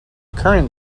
current